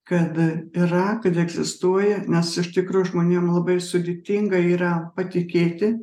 kad yra kad egzistuoja nes iš tikro žmonėm labai sudėtinga yra patikėti